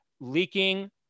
leaking